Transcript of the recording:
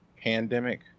pandemic